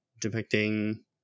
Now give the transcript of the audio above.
depicting